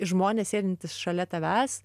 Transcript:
žmonės sėdintys šalia tavęs